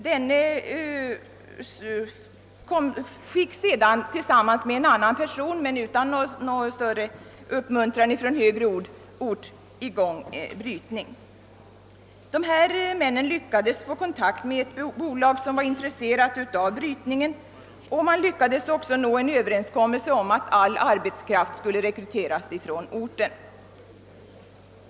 Denne har sedan tillsammans med en annan person, men utan någon större uppmuntran från högre ort, fått i gång brytningen. Dessa män lyckades få kontakt med ett bolag som var intresserat av brytningen, och man lyckades också nå en Ööverenskommelse om att all arbetskraft skulle rekryteras från orten.